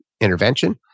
intervention